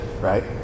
right